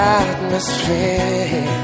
atmosphere